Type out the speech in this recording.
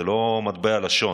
זו לא מטבע לשון.